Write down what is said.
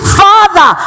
father